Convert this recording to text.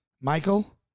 Michael